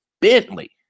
Bentley